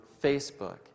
Facebook